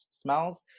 smells